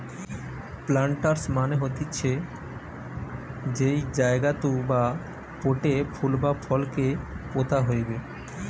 planters মানে হতিছে যেই জায়গাতু বা পোটে ফুল বা ফল কে পোতা হইবে